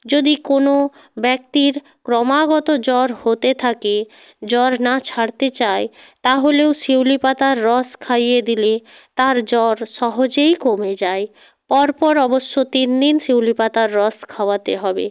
যদি কোনো ব্যক্তির ক্রমাগত জ্বর হতে থাকে জ্বর না ছাড়তে চায় তাহলেও শিউলি পাতার রস খাইয়ে দিলে তার জ্বর সহজেই কমে যায় পরপর অবশ্য তিন দিন শিউলি পাতার রস খাওয়াতে হবে